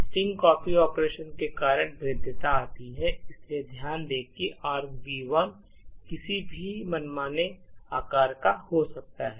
string copy operation के कारण भेद्यता आती है इसलिए ध्यान दें कि argv1 किसी भी मनमाने आकार का हो सकता है